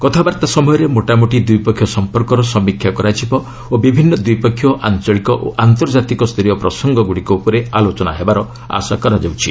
କଥାବର୍ତ୍ତା ସମୟରେ ମୋଟାମୋଟି ଦୁଇପକ୍ଷୀୟ ସମ୍ପର୍କର ସମୀକ୍ଷା କରାଯିବ ଓ ବିଭିନ୍ନ ଦ୍ୱିପକ୍ଷୀୟ ଆଞ୍ଚଳିକ ଓ ଆନ୍ତର୍ଜାତିକ ସ୍ତରୀୟ ପ୍ରସଙ୍ଗଗୁଡ଼ିକ ଉପରେ ଆଲୋଚନା ହେବାର ଆଶା କରାଯାଉଛି